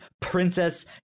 princess